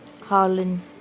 Harlan